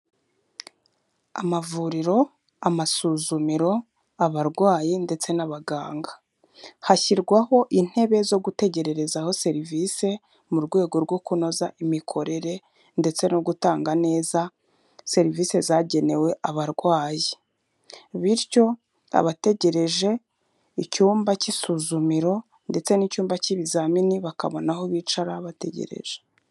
Amavuriro, amasuzumiro, abarwayi ndetse n'abaganga, hashyirwaho intebe zo gutegerezaho serivisi, mu rwego rwo kunoza imikorere ndetse no gutanga neza serivisi zagenewe abarwayi, bityo abategereje icyumba cy'isuzumiro ndetse n'icyumba cy'ibizamini bakabona aho bicara bategereje.